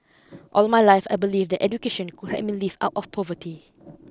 all my life I believed that education could help me lift out of poverty